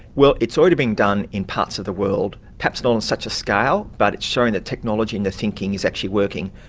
well, it's already been done in parts of the world. perhaps not on such a scale, but it's shown the technology and the thinking is actually working.